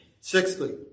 Sixthly